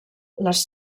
les